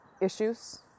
issues